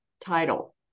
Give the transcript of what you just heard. title